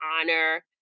honor